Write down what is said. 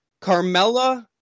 Carmella